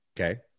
Okay